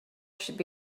should